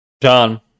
John